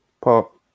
Pop